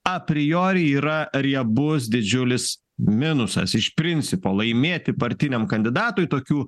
a priori yra riebus didžiulis minusas iš principo laimėti partiniam kandidatui tokių